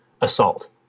assault